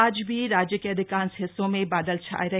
आज भी राज्य के अधिकांश हिस्सों में बादल छाये रहे